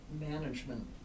management